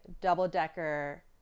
double-decker